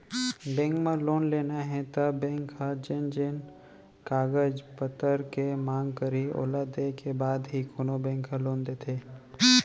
bank म loan लेना हे त बेंक ह जेन जेन कागज पतर के मांग करही ओला देय के बाद ही कोनो बेंक ह लोन देथे